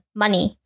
money